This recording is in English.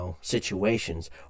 situations